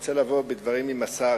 רוצה לבוא בדברים עם השר,